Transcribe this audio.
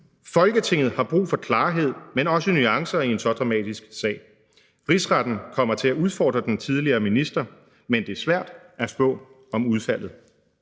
Folketinget har brug for klarhed, men også nuancer i en så dramatisk sag. Rigsretten kommer til at udfordre den tidligere minister, men det er svært at spå om udfaldet.«